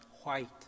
white